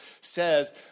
says